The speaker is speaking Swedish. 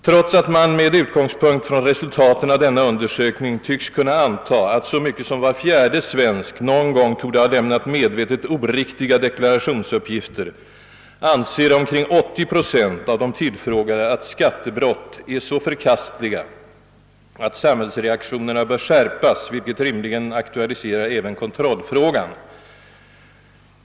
Trots att man med utgångspunkt i resultaten från denna undersökning tycks kunna anta att så mycket som var fjärde svensk någon gång torde ha lämnat medvetet oriktiga deklarationsuppgifter, anser omkring 80 procent av de tillfrågade att skattebrott är så förkastliga, att samhällsreaktionerna bör skärpas, vilket rimligtvis aktualiserar även kontrollfrågan.